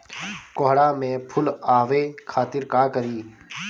कोहड़ा में फुल आवे खातिर का करी?